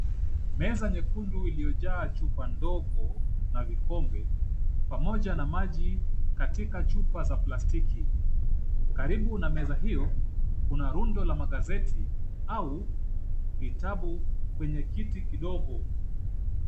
Meza nyekundu iliyojaa chupa ndogo na vikombe pamoja na maji katika chupa za plastiki .Karibu na meza iyo ,Kuna rundo la magazeti au vitabu kwenye kiti kidogo.